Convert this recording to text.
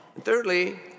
Thirdly